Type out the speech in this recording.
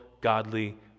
godly